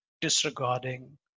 disregarding